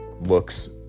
looks